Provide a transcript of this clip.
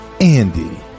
Andy